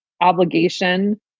obligation